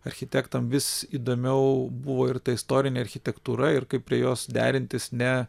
architektam vis įdomiau buvo ir ta istorinė architektūra ir kaip prie jos derintis ne